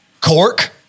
cork